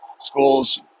schools